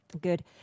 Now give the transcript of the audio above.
Good